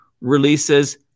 releases